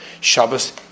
Shabbos